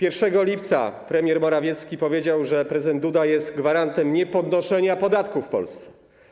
1 lipca premier Morawiecki powiedział, że prezydent Duda jest gwarantem niepodnoszenia podatków w Polsce.